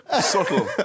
Subtle